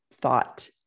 thought